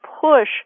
push